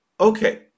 okay